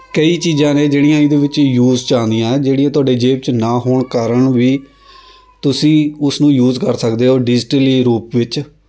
ਕਈ ਚੀਜ਼ਾਂ ਨੇ ਜਿਹੜੀਆਂ ਇਹਦੇ ਵਿੱਚ ਯੂਜ਼ 'ਚ ਆਉਂਦੀਆਂ ਜਿਹੜੀਆਂ ਤੁਹਾਡੇ ਜੇਬ 'ਚ ਨਾ ਹੋਣ ਕਾਰਨ ਵੀ ਤੁਸੀਂ ਉਸਨੂੰ ਯੂਜ਼ ਕਰ ਸਕਦੇ ਹੋ ਡਿਜ਼ੀਟਲੀ ਰੂਪ ਵਿੱਚ